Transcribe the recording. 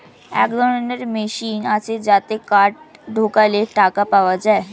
এক ধরনের মেশিন আছে যাতে কার্ড ঢোকালে টাকা পাওয়া যায়